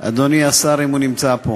אדוני השר, אם הוא נמצא פה,